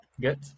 good